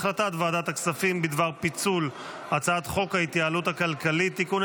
החלטת ועדת הכספים בדבר פיצול הצעת חוק ההתייעלות הכלכלית (תיקוני